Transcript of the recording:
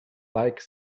like